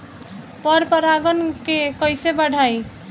पर परा गण के कईसे बढ़ाई?